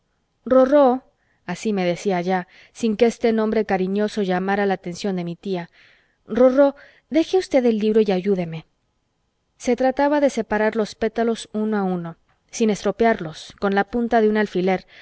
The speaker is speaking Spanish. rorró así me decía ya sin que este nombre cariñoso llamara la atención de mi tía rorró deje usted el libro y ayúdeme se trataba de separar los pétalos uno a uno sin estropearlos con la punta de un alfiler